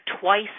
twice